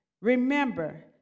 Remember